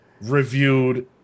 reviewed